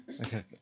Okay